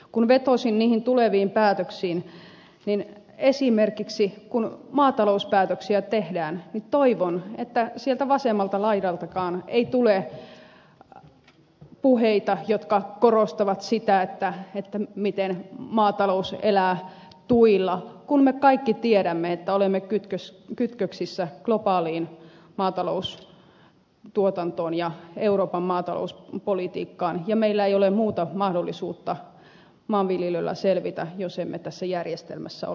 kun vetosin niihin tuleviin päätöksiin niin esimerkiksi kun maatalouspäätöksiä tehdään niin toivon että sieltä vasemmalta laidaltakaan ei tule puheita jotka korostavat sitä miten maatalous elää tuilla kun me kaikki tiedämme että olemme kytköksissä globaaliin maataloustuotantoon ja euroopan maatalouspolitiikkaan ja meillä ei ole muuta mahdollisuutta maanviljelijöillä selvitä jos emme tässä järjestelmässä ole mukana